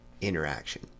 interaction